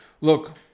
look